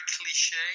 cliche